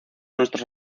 nuestros